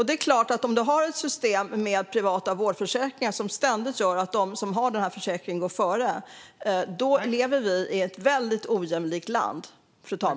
Det är klart att om man har ett system med privata vårdförsäkringar som ständigt gör att de som har dessa försäkringar går före blir det ett väldigt ojämlikt land som vi lever i.